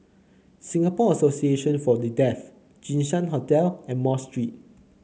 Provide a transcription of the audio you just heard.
Singapore Association For The Deaf Jinshan Hotel and Mosque Street